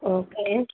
okay